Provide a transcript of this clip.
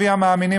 אבי המאמינים,